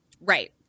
Right